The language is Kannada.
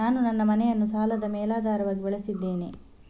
ನಾನು ನನ್ನ ಮನೆಯನ್ನು ಸಾಲದ ಮೇಲಾಧಾರವಾಗಿ ಬಳಸಿದ್ದೇನೆ